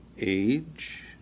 age